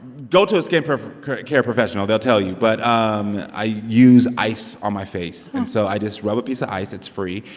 go to a skin care professional. they'll tell you. but um i use ice on my face. and so i just rub a piece of ice it's free.